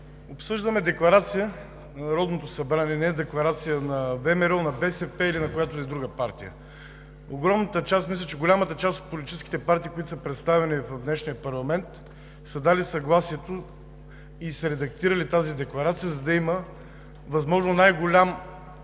Обсъждаме Декларация на Народното събрание, а не Декларация на ВМРО, на БСП, или на която и да е друга партия. Голямата част от политическите партии, които са представени в днешния парламент, са дали съгласието и са редактирали тази декларация, за да има възможно най-голяма